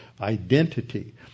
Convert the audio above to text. identity